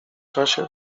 czasie